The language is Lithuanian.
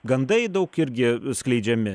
gandai daug irgi skleidžiami